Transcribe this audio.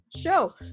show